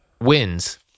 wins